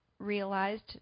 realized